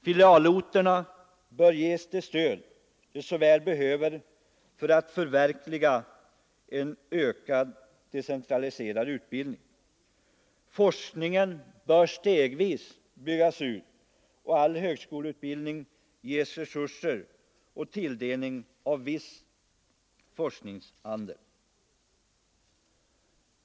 Filialorterna bör ges det stöd de så väl behöver för att förverkliga en ökad decentraliserad utbildning. Forskningen bör stegvis byggas ut och all högskoleutbildning ges resurser och tilldelning av viss forskningsandel.